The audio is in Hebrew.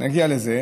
נגיע לזה.